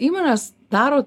įmonės daro